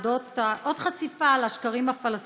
עוד חשיפה של השקרים הפלסטיניים.